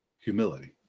Humility